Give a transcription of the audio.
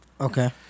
Okay